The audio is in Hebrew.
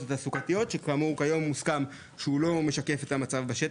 התעסוקתיות שכאמור היום מוסכם שהוא לא משקף את המצב בשטח.